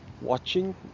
watching